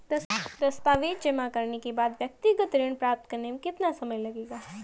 दस्तावेज़ जमा करने के बाद व्यक्तिगत ऋण प्राप्त करने में कितना समय लगेगा?